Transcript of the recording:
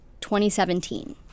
2017